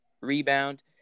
rebound